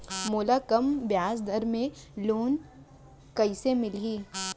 मोला कम ब्याजदर में लोन कइसे मिलही?